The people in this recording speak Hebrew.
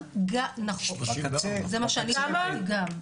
זה מה שאני שמעתי גם.